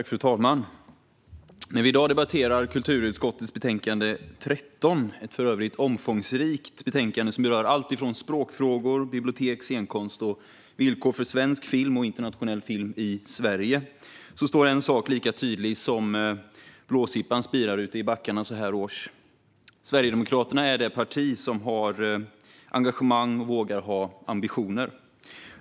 Fru talman! När vi i dag debatterar kulturutskottets betänkande 13 - för övrigt ett omfångsrikt betänkande som berör alltifrån språkfrågor och bibliotek till scenkonst och villkor för svensk film och för internationell film i Sverige - är en sak lika tydlig som blåsippan som spirar ute i backarna så här års: Sverigedemokraterna är det parti som har engagemang och som vågar ha ambitioner.